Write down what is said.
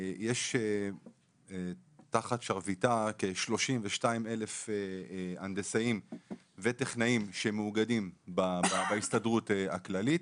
יש תחת שרביטה כ-32,000 הנדסאים וטכנאים שמאוגדים בהסתדרות הכללית,